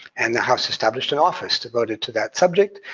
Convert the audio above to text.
and the house established an office devoted to that subject,